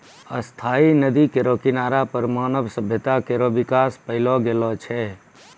स्थायी नदी केरो किनारा पर मानव सभ्यता केरो बिकास पैलो गेलो छै